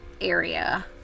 area